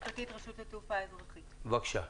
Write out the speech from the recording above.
רשות התעופה האזרחית, בבקשה.